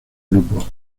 grupo